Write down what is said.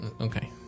Okay